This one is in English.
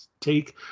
take